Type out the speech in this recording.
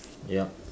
yup